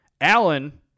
Allen